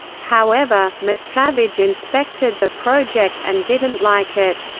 however, miscavige inspected the project and didn't like it.